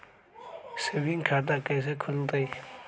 Saving खाता कैसे खुलतई?